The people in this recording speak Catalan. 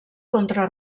contra